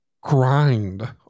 grind